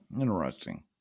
Interesting